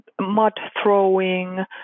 mud-throwing